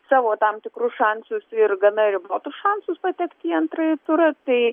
savo tam tikrus šansus ir gana ribotus šansus patekti į antrąjį turą tai